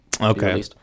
okay